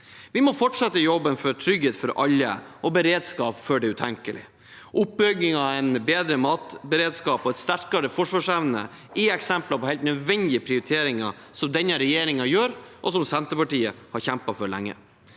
Vi må fortsette jobben for trygghet for alle og beredskap for det utenkelige. Oppbygging av en bedre matberedskap og en sterkere forsvarsevne er eksempler på helt nødvendige prioriteringer som denne regjeringen gjør, og som Senterpartiet har kjempet for lenge.